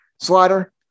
Slider